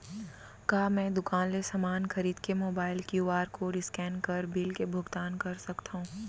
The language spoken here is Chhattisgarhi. का मैं दुकान ले समान खरीद के mobile Q R code scan bill बिल के भुगतान कर सकथव?